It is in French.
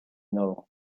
nord